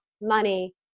money